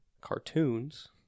cartoons